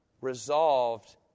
resolved